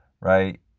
right